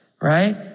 Right